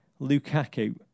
Lukaku